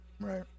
Right